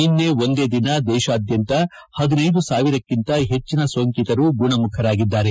ನಿನ್ನೆ ಒಂದೇ ದಿನ ದೇಶಾದ್ಯಂತ ಹದಿನ್ನೆದು ಸಾವಿರಕ್ಕಿಂತ ಹೆಚ್ಚಿನ ಸೋಂಕಿತರು ಗುಣಮುಖರಾಗಿದ್ದಾರೆ